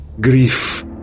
grief